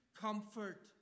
comfort